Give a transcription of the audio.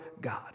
God